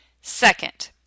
Second